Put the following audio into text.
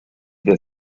the